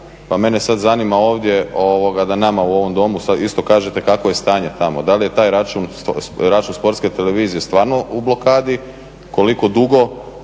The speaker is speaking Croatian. pa mene sad zanima ovdje da nama u ovom Domu isto kažete kakvo je stanje tamo. Da li je taj račun Sportske televizije stvarno u blokadi, koliko dugo